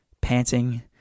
panting